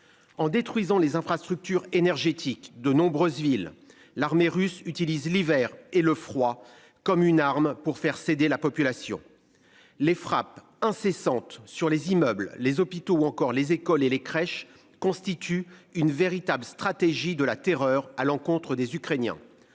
En détruisant les infrastructures énergétiques, de nombreuses villes. L'armée russe utilise l'hiver et le froid comme une arme pour faire céder la population. Les frappes incessantes sur les immeubles, les hôpitaux ou encore les écoles et les crèches constitue une véritable stratégie de la terreur à l'encontre des Ukrainiens.